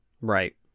right